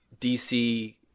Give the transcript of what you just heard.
DC